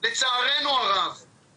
אז צוהריים טובים לכולם, מתנצל על העיכובון.